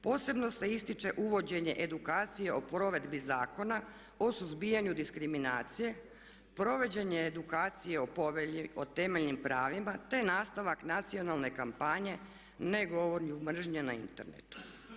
Posebno se ističe uvođenje edukacije o provedbi Zakona o suzbijanju diskriminacije, provođenje edukacije o Povelji o temeljnim pravima, te nastavak nacionalne kampanje ne govori o mržnji na internetu.